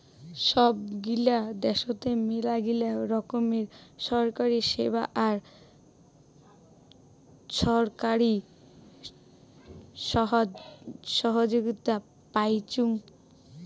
সব গিলা দ্যাশোতে মেলাগিলা রকমের কাউরী সেবা আর ছরকারি সহায়তা পাইচুং